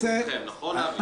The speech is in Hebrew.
מצידכם, נכון, אבי?